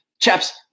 Chaps